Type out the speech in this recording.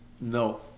no